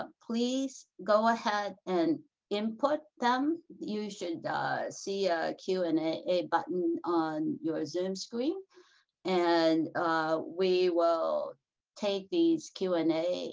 um please go ahead and input them. you should see a q and a button on your zoom screen and we will take these q and a